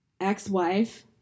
ex-wife